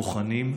בוחנים.